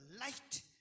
light